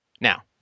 Now